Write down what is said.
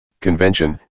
Convention